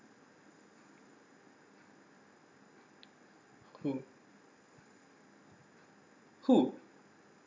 mm who